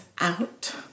out